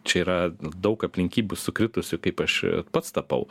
čia yra daug aplinkybių sukritusių kaip aš pats tapau